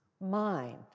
mind